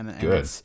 Good